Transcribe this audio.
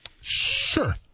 Sure